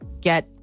get